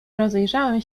rozejrzałem